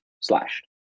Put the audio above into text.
slashed